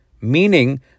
meaning